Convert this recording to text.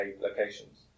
locations